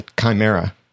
Chimera